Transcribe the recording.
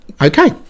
okay